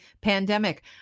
pandemic